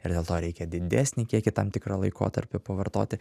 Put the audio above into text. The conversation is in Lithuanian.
ir dėl to reikia didesnį kiekį tam tikrą laikotarpį pavartoti